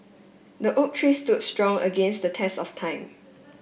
the oak tree stood strong against the test of time